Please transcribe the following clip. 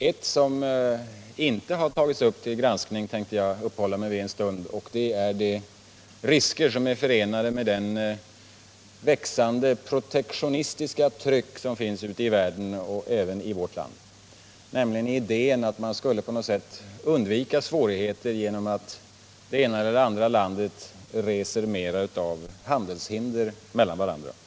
Ett som däremot inte har tagits upp till granskning tänkte jag uppehålla mig vid en stund, nämligen de risker som är förenade med det växande protektionistiska tryck som finns ute i världen och även i vårt land och som bygger på idén att man skulle på något sätt undvika svårigheter genom att det ena eller det andra landet reser mera av handelshinder i förhållande till övriga länder.